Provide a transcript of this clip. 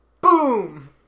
Boom